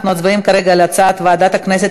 אנחנו מצביעים כרגע על הצעת ועדת הכנסת